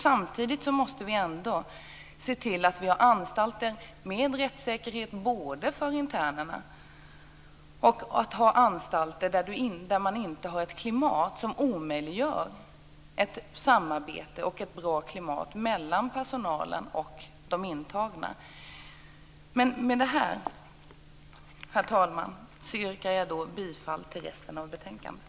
Samtidigt måste vi ändå se till att vi har anstalter med rättssäkerhet för internerna. Vi måste ha anstalter där man inte har ett klimat som omöjliggör ett samarbete mellan personalen och de intagna. Herr talman! Med detta yrkar jag bifall till hemställan i resten av betänkandet.